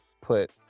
put